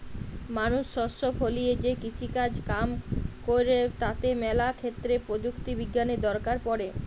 মানুষ শস্য ফলিয়ে যে কৃষিকাজ কাম কইরে তাতে ম্যালা ক্ষেত্রে প্রযুক্তি বিজ্ঞানের দরকার পড়ে